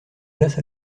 glace